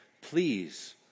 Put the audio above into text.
please